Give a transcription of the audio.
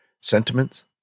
sentiments